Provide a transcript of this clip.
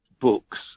books